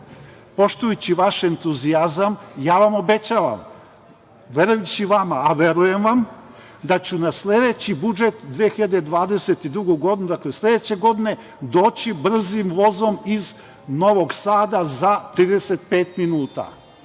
poštujući vaš entuzijazam, ja vam obećavam, verujući vama, a verujem vam da ću na sledeći budžet, za 2022. godinu, dakle, sledeće godine doći brzim vozom iz Novog Sada za 35 minuta.